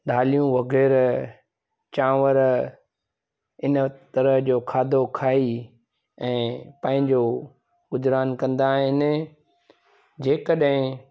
दालियूं वग़ैरह चांवर इन तरह जो खाधो खाई ऐं पंहिंजो गुज़िरान कंदा आहिनि जेकॾहिं